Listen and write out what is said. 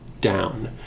down